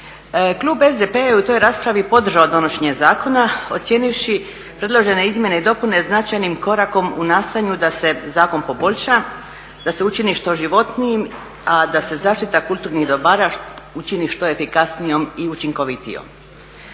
Klub SDP-a je u toj raspravi podržao donošenje zakona ocijenivši predložene izmjene i dopune značajnim korakom u nastojanju da se zakon poboljša, da se učini što životnijim, a da se zaštita kulturnih dobara učini što efikasnijom i učinkovitijom.